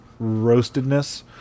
roastedness